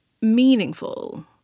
meaningful